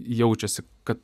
jaučiasi kad